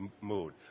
mood